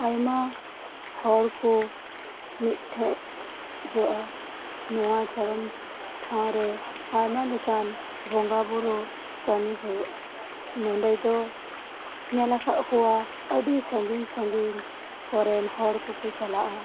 ᱟᱭᱢᱟ ᱦᱚᱲ ᱠᱚ ᱢᱤᱫᱴᱷᱮᱡ ᱡᱚᱜᱼᱟ ᱱᱚᱣᱟ ᱫᱷᱚᱨᱚᱢ ᱴᱷᱟᱶ ᱨᱮ ᱟᱭᱢᱟ ᱞᱮᱠᱟᱱ ᱵᱚᱸᱜᱟ ᱵᱩᱨᱩ ᱠᱟᱹᱢᱤ ᱦᱩᱭᱩᱜᱼᱟ ᱱᱚᱰᱮ ᱫᱚ ᱧᱮᱞ ᱟᱠᱟᱫ ᱠᱚᱣᱟ ᱟᱹᱰᱤ ᱥᱟᱹᱜᱤᱧ ᱥᱟᱹᱜᱤᱧ ᱠᱚᱨᱮᱱ ᱦᱚᱲ ᱠᱚ ᱠᱚ ᱪᱟᱞᱟᱜᱼᱟ